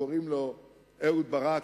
שקוראים לו אהוד ברק,